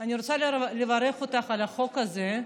אני רוצה לברך אותך על החוק הזה.